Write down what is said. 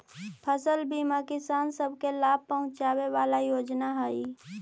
फसल बीमा किसान सब के लाभ पहुंचाबे वाला योजना हई